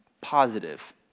positive